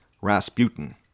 Rasputin